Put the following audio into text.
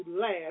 last